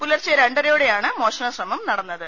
പുലർച്ചെ രണ്ടരയോടെയാണ് മോഷണ ശ്രമം നടന്നത്